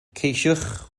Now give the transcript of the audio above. ceisiwch